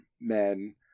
men